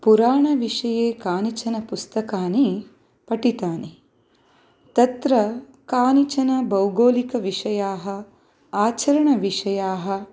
पुराणविषये कानिचन पुस्तकानि पठितानि तत्र कानिचन भौगोलिकविषयाः आचरणविषयाः